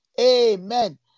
Amen